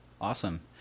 Awesome